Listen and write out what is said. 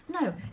No